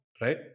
right